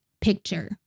picture